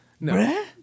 No